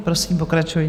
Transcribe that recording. Prosím, pokračujte.